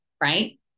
right